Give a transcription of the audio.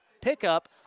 pickup